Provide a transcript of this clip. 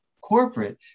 corporate